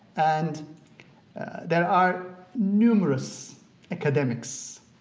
and there are numerous academics,